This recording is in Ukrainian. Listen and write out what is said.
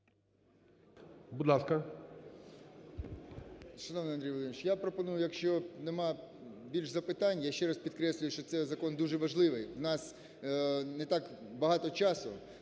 Шановний Андрій Володимировичу, я пропоную, якщо нема більш запитань, я ще раз підкреслюю, що цей закон дуже важливий, у нас не так багато часу